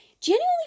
genuinely